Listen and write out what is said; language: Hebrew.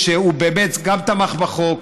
שהוא גם תמך בחוק,